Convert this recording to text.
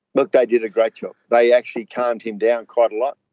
look, they did a great job, they actually calmed him down quite a lot.